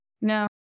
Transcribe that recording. No